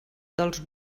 dels